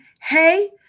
hey